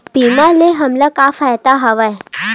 बीमा ले हमला का फ़ायदा हवय?